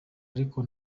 ariko